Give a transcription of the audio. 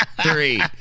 three